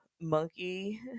monkey